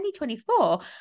2024